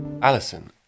Alison